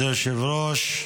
אדוני היושב-ראש,